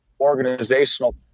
organizational